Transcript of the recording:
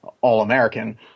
All-American